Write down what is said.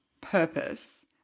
purpose